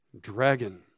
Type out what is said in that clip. dragon